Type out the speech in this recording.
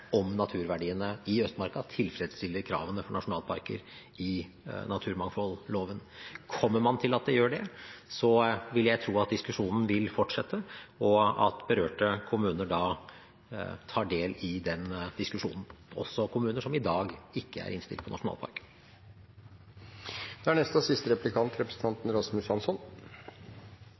om naturverdiene i Østmarka tilfredsstiller kravene for nasjonalparker i naturmangfoldloven. Kommer man til at de gjør det, vil jeg tro at diskusjonen vil fortsette, og at berørte kommuner da tar del i den diskusjonen, også kommuner som i dag ikke er innstilt på nasjonalparker. Siden det er